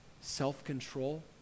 self-control